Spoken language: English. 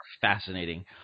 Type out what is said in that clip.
fascinating